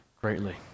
greatly